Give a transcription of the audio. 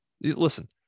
listen